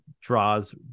draws